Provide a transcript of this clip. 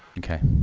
ok,